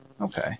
Okay